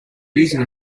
using